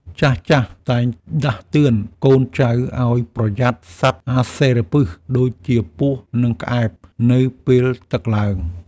ចាស់ៗតែងដាស់តឿនកូនចៅឱ្យប្រយ័ត្នសត្វអាសិរពិសដូចជាពស់ និងក្អែបនៅពេលទឹកឡើង។